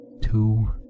Two